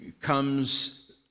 comes